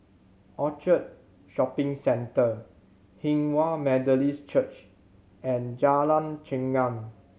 Orchard Shopping Centre Hinghwa Methodist Church and Jalan Chengam